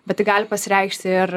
bet tai gali pasireikšti ir